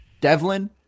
Devlin